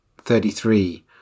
thirty-three